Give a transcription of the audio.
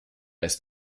ist